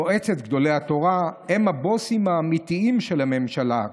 'מועצת גדולי התורה הם הבוסים האמיתיים של הממשלה'